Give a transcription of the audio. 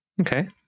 Okay